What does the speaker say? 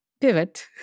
pivot